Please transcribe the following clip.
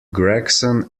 gregson